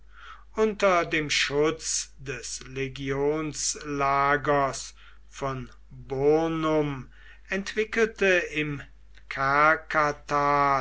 unter dem schutz des legionslagers von burnum entwickelte im